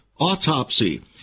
autopsy